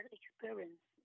experience